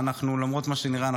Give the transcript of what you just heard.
למרות מה שנראה,